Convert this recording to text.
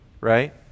right